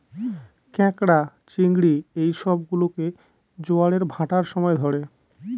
ক্যাঁকড়া, চিংড়ি এই সব গুলোকে জোয়ারের ভাঁটার সময় ধরে